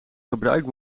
gebruikt